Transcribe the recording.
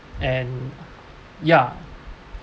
and ya